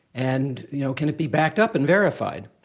and you know can it be backed up and verified?